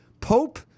pope